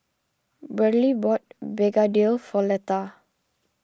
Briley bought Begedil for Letha